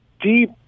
deep